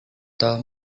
tom